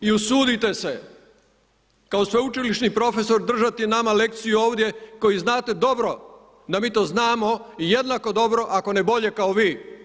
I usudite se kao sveučilišni profesor držati nama lekciju ovdje koji znate dobro da mi to znamo i jednako dobro ako bolje kao vi.